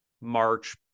March